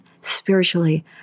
spiritually